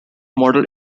model